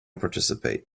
participate